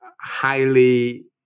highly